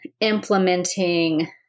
implementing